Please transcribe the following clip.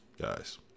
guys